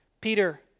Peter